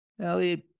Elliot